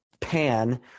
pan